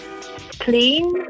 clean